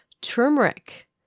Turmeric